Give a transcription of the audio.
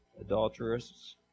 adulterers